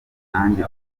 nanjye